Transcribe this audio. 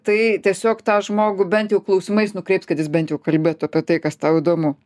tai tiesiog tą žmogų bent jau klausimais nukreips kad jis bent jau kalbėtų apie tai kas tau įdomu